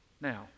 Now